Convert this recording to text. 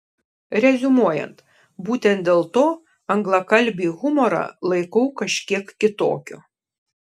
reziumuojant būtent dėl to anglakalbį humorą laikau kažkiek kitokiu